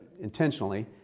intentionally